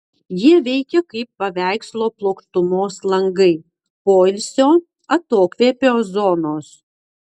jie veikia kaip paveikslo plokštumos langai poilsio atokvėpio zonos